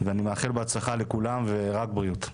ואני מאחל בהצלחה לכולם ורק בריאות.